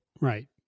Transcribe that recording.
Right